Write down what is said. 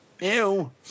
Ew